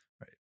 Right